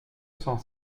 cent